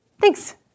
Thanks